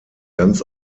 ganz